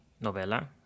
novella